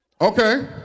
Okay